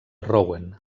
rouen